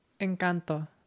Encanto